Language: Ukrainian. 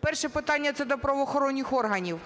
Перше питання - це до правоохоронних органів,